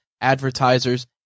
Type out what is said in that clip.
advertisers